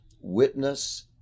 Witness